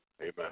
Amen